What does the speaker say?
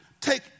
take